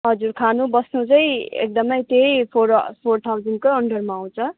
हजुर खानु बस्नु चाहिँ एकदमै त्यही फोर ह फोर थाउजन्डकै अन्डरमा आउँछ